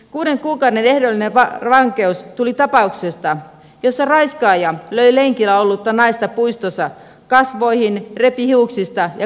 kuuden kuukauden ehdollinen vankeus tuli tapauksesta jossa raiskaaja löi lenkillä ollutta naista puistossa kasvoihin repi hiuksista ja kaatoi maahan